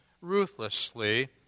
ruthlessly